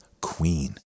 Queen